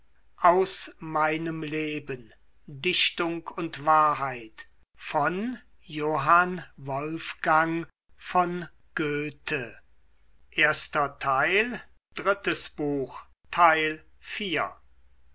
dichtung und wahrheit